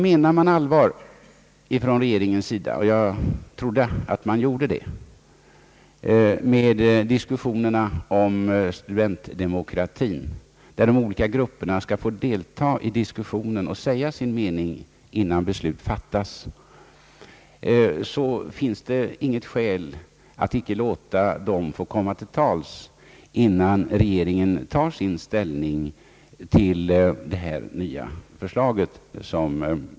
Menar regeringen allvar — och jag trodde att den gjorde det — med diskussionerna om studentdemokratin, där de olika grupperna skall få delta och säga sin mening innan beslut fattas, så finns det emellertid inget skäl att inte låta dem komma till tals.